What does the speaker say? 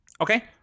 Okay